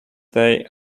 they